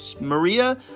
Maria